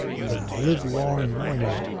the live-long morning,